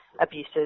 abuses